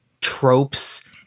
tropes